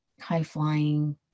high-flying